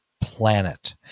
planet